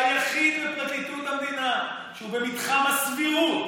שהיחיד בפרקליטות המדינה שהוא במתחם הסבירות,